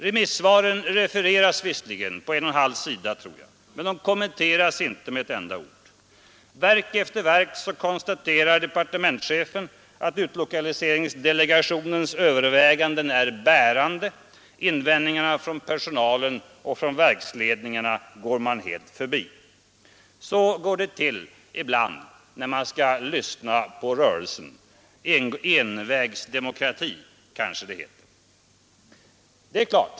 Remissvaren refereras visserligen på en och halv sida, men de kommenteras inte med ett enda ord. För verk efter verk konstaterar departementschefen att utlokaliseringsdelegationens överväganden är bärande, invändningarna från personal och verksledningar går man helt förbi. Så går det till ibland när man skall lyssna på rörelsen. ”Envägsdemokrati” kanske det heter.